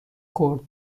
خورد